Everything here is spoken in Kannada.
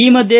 ಈ ಮಧ್ಯೆ